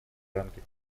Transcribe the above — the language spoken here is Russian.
рамки